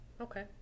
Okay